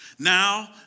Now